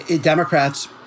Democrats